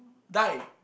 die